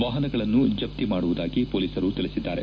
ವಾಹನಗಳನ್ನು ಜಪ್ತಿ ಮಾಡುವುದಾಗಿ ಮೊಲೀಸರು ತಿಳಿಸಿದ್ದಾರೆ